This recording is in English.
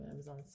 Amazon